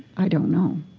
i don't know.